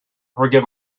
forgive